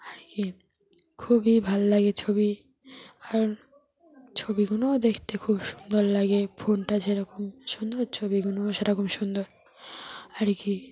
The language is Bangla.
আর কি খুবই ভালো লাগে ছবি আর ছবিগুলোও দেখতে খুব সুন্দর লাগে ফোনটা যেরকম সুন্দর ছবিগুলোও সেরকম সুন্দর আর কি